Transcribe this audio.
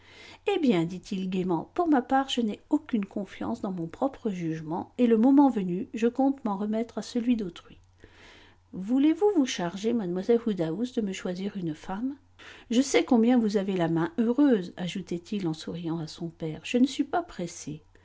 eh bien dit-il gaiement pour ma part je n'ai aucune confiance dans mon propre jugement et le moment venu je compte m'en remettre à celui d'autrui voulez-vous vous charger mlle woodhouse de me choisir une femme je sais combien vous avez la main heureuse ajoutait-il en souriant à son père je ne suis pas pressé